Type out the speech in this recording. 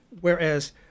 whereas